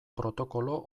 protokolo